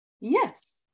Yes